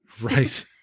Right